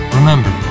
Remember